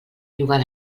llogar